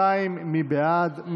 52. מי בעד?